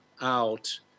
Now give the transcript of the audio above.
out